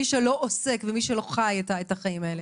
מי שלא עוסק ולא חי את החיים האלה.